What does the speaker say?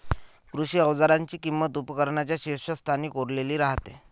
कृषी अवजारांची किंमत उपकरणांच्या शीर्षस्थानी कोरलेली राहते